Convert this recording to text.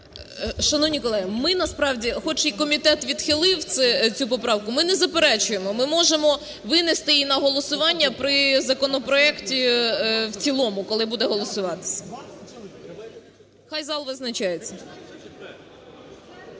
ми насправді, хоч і комітет відхилив цю поправку, ми не заперечуємо, ми можемо винести її на голосування при законопроекті, в цілому коли буде голосуватись. Хай зал визначається.